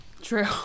True